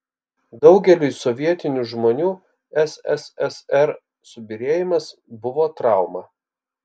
daugeliui sovietinių žmonių sssr subyrėjimas buvo trauma